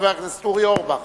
חבר הכנסת אורי אורבך.